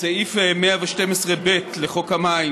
סעיף 112(ב) לחוק המים